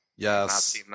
Yes